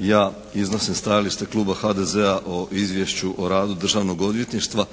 ja iznosim stajalište kluba HDZ-a o Izvješću o radu državnog odvjetništva